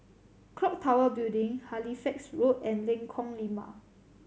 Clock Tower Building Halifax Road and Lengkong Lima